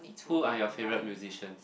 who are your favorite musicians